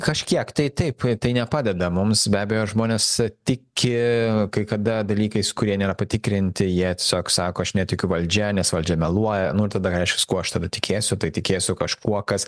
kažkiek tai taip tai nepadeda mums be abejo žmonės tiki kai kada dalykais kurie nėra patikrinti jie tiesiog sako aš netikiu valdžia nes valdžia meluoja nu ir tada reiškias kuo aš tada tikėsiu tai tikėsiu kažkuo kas